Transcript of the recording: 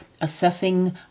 assessing